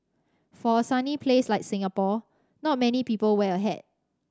for a sunny place like Singapore not many people wear a hat